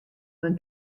men